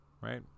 right